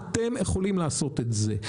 אתם יכולים לעשות את זה.